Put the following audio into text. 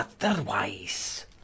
otherwise